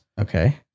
Okay